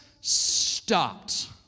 stopped